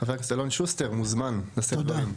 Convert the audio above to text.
חבר הכנסת אלון שוסטר מוזמן לשאת דברים.